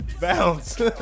bounce